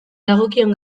dagokion